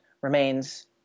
remains